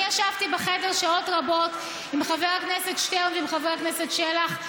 אני ישבתי בחדר שעות רבות עם חבר הכנסת שטרן ועם חבר הכנסת שלח,